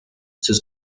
sus